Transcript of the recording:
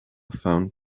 found